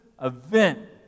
event